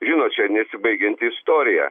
žinot čia nesibaigianti istorija